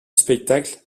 spectacle